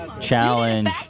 challenge